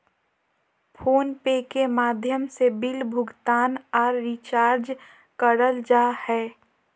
phone पे के माध्यम से बिल भुगतान आर रिचार्ज करल जा हय